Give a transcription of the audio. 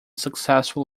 successful